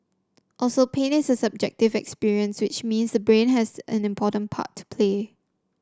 also pain is a subjective experience which means brain has an important part to play